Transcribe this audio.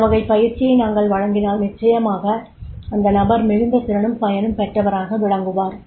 இந்த வகை பயிற்சியை நாங்கள் வழங்கினால் நிச்சயமாக அந்த நபர் மிகுந்த திறனும் பயனும் பெற்றவராக விளங்குவார்